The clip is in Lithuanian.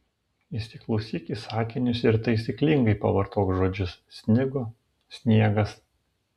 įsiklausyk į sakinius ir taisyklingai pavartok žodžius snigo sniegas